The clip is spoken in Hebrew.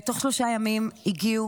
תוך שלושה ימים הגיעו